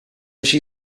she